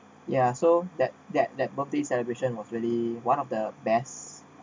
ya so that that that birthday celebration was really one of the best